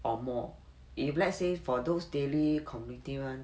or more if let's say for those daily community [one]